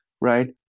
right